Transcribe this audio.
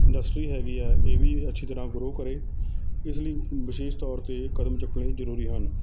industry ਹੈਗੀ ਆ ਇਹ ਵੀ ਅੱਛੀ ਤਰ੍ਹਾਂ ਗਰੋ ਕਰੇ ਇਸ ਲਈ ਵਿਸ਼ੇਸ਼ ਤੌਰ 'ਤੇ ਕਦਮ ਚੁੱਕਣੇ ਜ਼ਰੂਰੀ ਹਨ